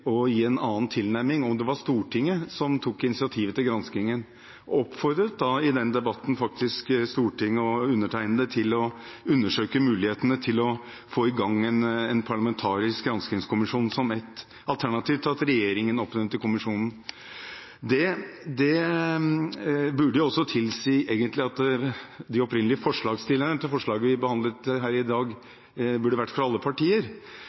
og gi en annen tilnærming om det var Stortinget som tok initiativet til granskingen, og oppfordret faktisk i den debatten Stortinget og undertegnede til å undersøke mulighetene for å få i gang en parlamentarisk granskingskommisjon som et alternativ til at regjeringen oppnevnte kommisjonen. Det burde også tilsi at forslagsstillerne til det forslaget vi behandler i dag, opprinnelig var fra alle partier,